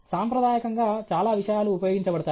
సాంప్రదాయకంగా చాలా విషయాలు ఉపయోగించబడతాయి